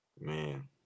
Man